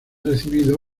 recibido